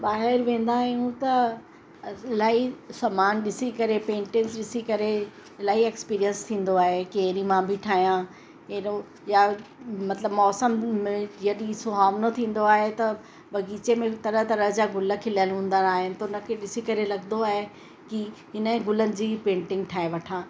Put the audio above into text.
ॿाहिरि वेंदा आहियूं त इलाही समान ॾिसी करे पेंटिंग्स ॾिसी करे इलाही एक्सपीरियंस थींदो आहे के अहिड़ी मां बि ठाहियां अहिड़ो यां मतिलबु मौसम जॾहिं सुहावनो थींदो आहे त बगीचे में तरह तरह जा गुल खिलियल हूंदड़ आहिनि त उन खे ॾिसी करे लॻंदो आहे कि इन जे गुलनि जी पेंटिंग ठाहे वठां